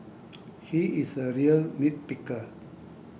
he is a real nit picker